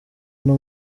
uno